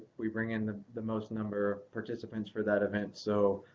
we bring in the most number participants for that event. so,